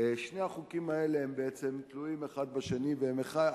שני החוקים האלה בעצם תלויים האחד בשני, והם אחד.